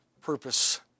purpose